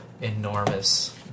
enormous